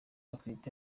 atwite